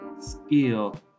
skill